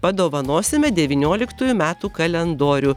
padovanosime devynioliktųjų metų kalendorių